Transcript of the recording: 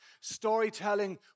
Storytelling